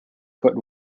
foote